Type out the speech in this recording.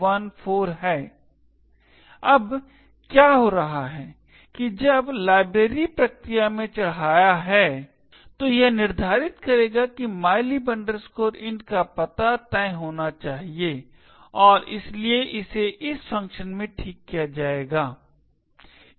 यहां क्या हो रहा है कि जब लाइब्रेरी प्रक्रिया में चढ़ाया है तो यह निर्धारित करेगा कि mylib int का पता तय होना चाहिए और इसलिए इसे इस फ़ंक्शन में ठीक किया जाएगा